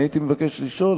אני הייתי מבקש לשאול,